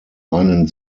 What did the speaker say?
einen